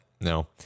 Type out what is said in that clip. No